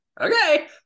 okay